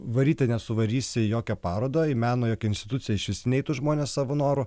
varyti nesuvarysi į jokią parodą į meno jokią instituciją išvis neitų žmonės savo noru